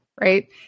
right